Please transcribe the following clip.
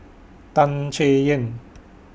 Tan Chay Yan